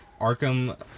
Arkham